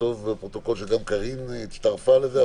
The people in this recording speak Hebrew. לכתוב בפרוטוקול שגם קארין הצטרפה לזה,